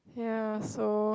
ya so